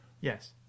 Yes